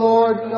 Lord